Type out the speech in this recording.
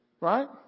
Right